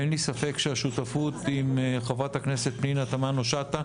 אין לי ספק שהשותפות עם חברת הכנסת פנינה תמנו שטה,